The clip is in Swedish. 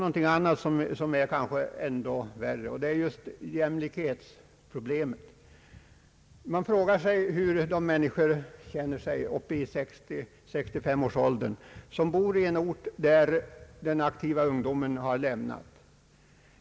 Men det finns annat som kanske är ännu värre; jag tänker på jämlikhetsproblemet. Man frågar sig hur de människor i 60—65-årsåldern känner sig som bor i en ort varifrån den aktiva ungdomen har flyttat.